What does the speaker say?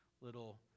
little